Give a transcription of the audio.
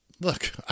look